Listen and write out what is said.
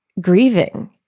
grieving